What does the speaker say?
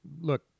look